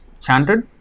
chanted